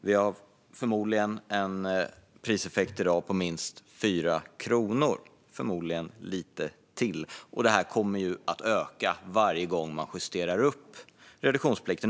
Vi har förmodligen en priseffekt i dag på minst 4 kronor, och troligen är det lite till. Det här kommer att öka varje gång man justerar upp reduktionsplikten.